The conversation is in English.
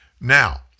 Now